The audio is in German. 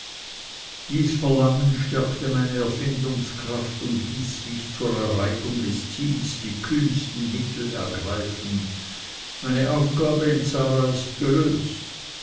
dies verlangen stärkte meine erfindungskraft und ließ mich zur erreichung des ziels die kühnsten mittel ergreifen meine aufgabe in zara ist gelöst